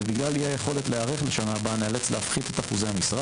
ובגלל אי יכולת להיערך לשנה הבאה ניאלץ להפחית את אחוזי המשרה